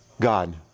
God